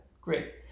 great